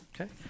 Okay